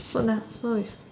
food lah so is